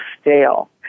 stale